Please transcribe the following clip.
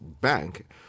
bank